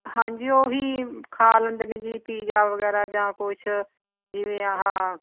ਹਾਂਜੀ ਉਹੀ ਖਾ ਲੈਂਦੇ ਨੇ ਜੀ ਪੀਜ਼ਾ ਵਗੈਰਾ ਜਾਂ ਕੁਛ ਜਿਵੇਂ ਆਹਾ